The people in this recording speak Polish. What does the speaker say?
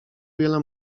wiele